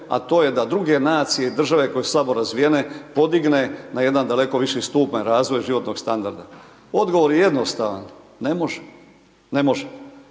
a to je da druge nacije i države koje su slabo razvijene, podigne na jedan daleko viši stupanj, razvoj životnog standarda? Odgovor je jednostavan, ne može. Ne može.